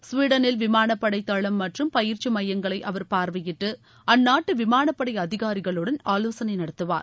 ஸ்வீடனில் விமானப்படை தளம் மற்றும் பயிற்சி மையங்களை அவர் பார்வையிட்டு அந்நாட்டு விமானப்படை அதிகாரிகளுடன் ஆலோசனை நடத்துவார்